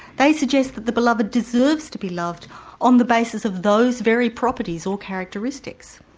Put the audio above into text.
they suggest that the beloved deserves to be loved on the basis of those very properties or characteristics.